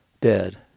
dead